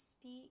speak